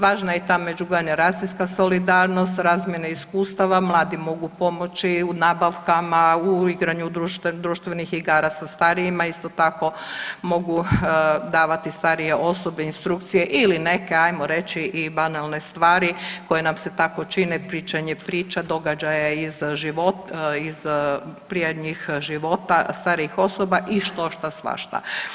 Važna je ta međugeneracijska solidarnost, razmjene iskustava, mladi mogu pomoći u nabavkama, u igranju društvenih igara sa starijima, isto tako mogu davati starije osobe instrukcije ili neke, ajmo reći i banalne stvari, koje nam se tako čine, pričanje priča, događaja iz ... života starijih osoba i štošta svašta.